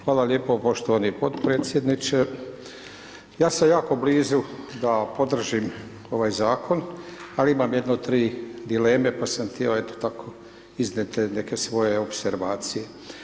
Hvala lijepo poštovani podpredsjedniče, ja sam jako blizu da podržim ovaj zakon, ali imam jedno tri dileme pa sam htio eto tako iznijet te neke svoje opservacije.